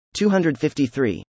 253